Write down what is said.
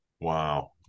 Wow